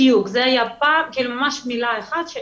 בדיוק, זה היה פעם, כאילו ממש מילה אחת.